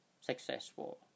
successful